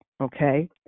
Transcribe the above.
okay